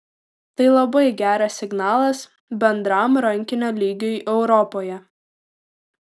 tai labai geras signalas bendram rankinio lygiui europoje